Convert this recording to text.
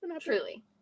truly